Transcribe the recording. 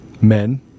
men